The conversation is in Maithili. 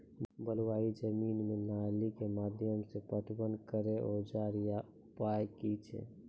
बलूआही जमीन मे नाली के माध्यम से पटवन करै औजार या उपाय की छै?